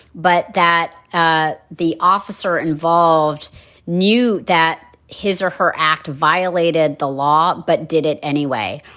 but that ah the officer involved knew that his or her act violated the law. but did it anyway.